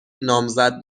نامزد